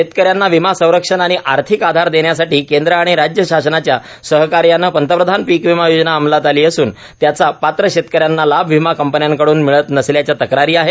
शेतक यांना विमा संरक्षण आणि आर्थिक आधार देण्यासाठी केंद्र आणि राज्य शासनाच्या सहकार्यानं पंतप्रधान पीक विमा योजना अंमलात आली असून त्याचा पात्र शेतक यांना लाभ विमा कंपन्यांकडून मिळत नसल्याच्या तक्रारी आहेत